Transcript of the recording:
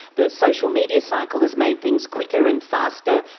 the social media cycle has made things quicker and faster,